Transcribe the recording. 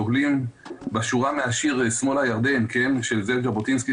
דוגלים בשורה מהשיר "שמאל הירדן" של זאב ז'בוטינסקי,